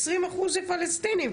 20 אחוז זה פלסטינים.